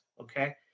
okay